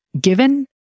given